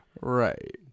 Right